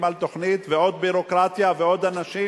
על תוכנית ועוד ביורוקרטיה ועוד אנשים?